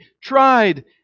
tried